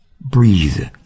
breathe